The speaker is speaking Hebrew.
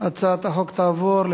התשע"ב 2012,